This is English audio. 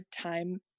time